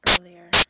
earlier